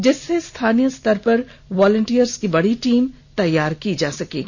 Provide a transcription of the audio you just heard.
जिससे स्थानीय स्तर पर वोलेंटियर्स की बड़ी टीम तैयार की जाएगी